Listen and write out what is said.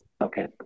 Okay